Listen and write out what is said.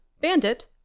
Bandit